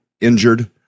injured